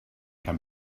can